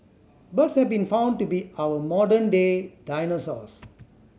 birds have been found to be our modern day dinosaurs